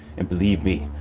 and believe me,